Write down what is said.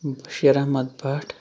Bashir Ahmad Bhat